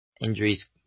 injuries